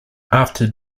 after